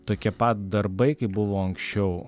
tokie pat darbai kaip buvo anksčiau